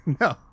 No